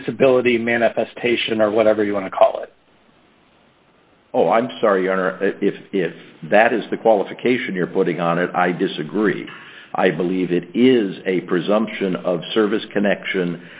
disability manifestation are whatever you want to call it oh i'm sorry if it that is the qualification you're putting on it i disagree i believe it is a presumption of service connection